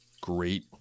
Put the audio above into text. great